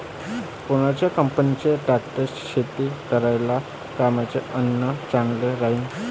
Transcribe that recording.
कोनच्या कंपनीचा ट्रॅक्टर शेती करायले कामाचे अन चांगला राहीनं?